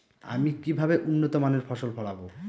আমি কিভাবে উন্নত মানের ফসল ফলাব?